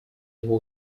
его